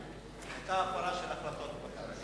היתה הפרה של החלטות בג"ץ.